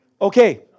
Okay